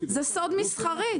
זה סוד מסחרי.